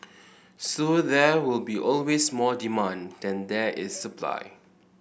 so there will be always more demand than there is supply